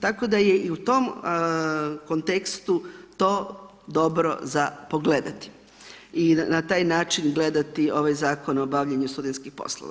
Tako da je i u tom kontekstu to dobro za pogledati i na taj način gledati ovaj Zakon o obavljanju studentskih poslova.